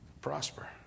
prosper